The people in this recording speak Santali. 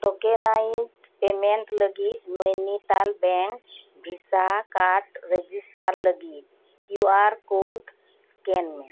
ᱴᱳᱠᱮᱱᱟᱭᱤᱡᱽ ᱯᱮᱢᱮᱸᱴ ᱞᱟᱜᱤᱫ ᱱᱚᱭᱱᱤᱛᱟᱞ ᱵᱮᱸᱠ ᱵᱷᱤᱥᱟ ᱠᱟᱨᱰ ᱨᱮᱡᱤᱥᱴᱟᱨ ᱞᱟᱜᱤᱫ ᱠᱤᱭᱩ ᱟᱨ ᱠᱳᱰ ᱥᱠᱮᱱ ᱢᱮ